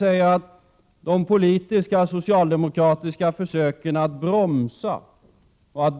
Men de politiska, socialdemokratiska, försöken att bromsa,